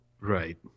Right